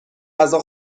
غذا